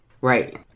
Right